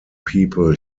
people